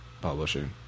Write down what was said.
publishing